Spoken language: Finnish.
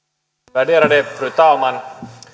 värderade fru talman